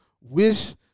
wish